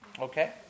Okay